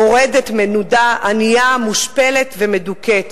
מורדת, מנודה, ענייה, מושפלת ומדוכאת.